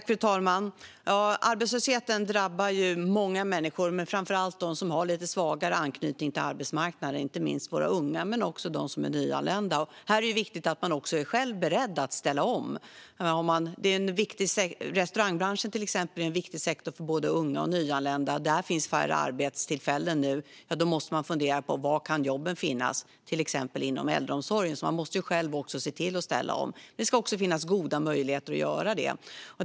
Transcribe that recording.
Fru talman! Arbetslösheten drabbar många människor, men framför allt dem som har lite svagare anknytning till arbetsmarknaden. Det gäller inte minst våra unga men också nyanlända. Det är viktigt att man själv är beredd att ställa om. Till exempel är restaurangbranschen en viktig sektor för både unga och nyanlända. Där finns färre arbetstillfällen nu. Då måste man fundera på var jobben kan finnas, exempelvis inom äldreomsorgen. Man måste själv se till att ställa om, och det ska finnas goda möjligheter att göra det.